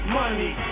money